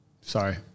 Sorry